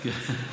כן.